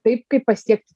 taip kaip pasiekti